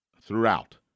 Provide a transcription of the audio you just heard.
throughout